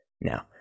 Now